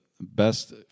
best